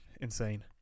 insane